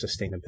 sustainability